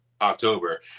October